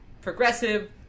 progressive